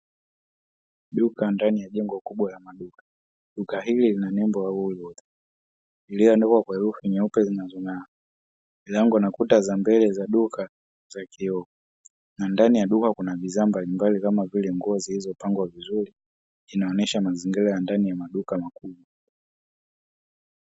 Duka ndani ya jengo kubwa ya maduka duka hili lina nembo ya uhuru iliyoandikwa kwa herufi nyeupe zinazong'aa, milango na kuta za mbele za duka za kioo na ndani ya duka kuna bidhaa mbalimbali kama vile nguo zilizopangwa vizuri, inaonesha mazingira ya ndani ya maduka makubwa.